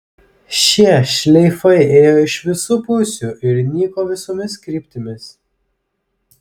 šie šleifai ėjo iš visų pusių ir nyko visomis kryptimis